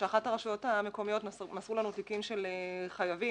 שאחת הרשויות המקומיות מסרו לנו תיקים של חייבים